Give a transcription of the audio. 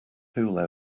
rhywle